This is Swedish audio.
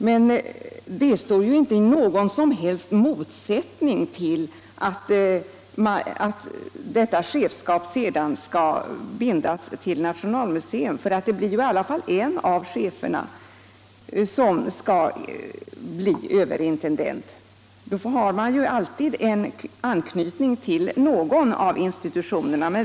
Men det står inte i någon som helst motsättning till att detta chefskap sedan skall bindas till nationalmuseum. En av cheferna skall i alla fall bli överintendent, och då har man alltid en anknytning till någon av institutionerna.